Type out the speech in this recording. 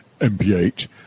MPH